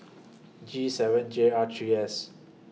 G seven J R three S